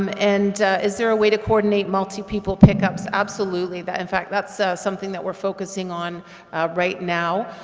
um and is there a way to coordinate multi-people pickups? absolutely, that in fact that's something that we're focusing on right now,